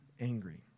angry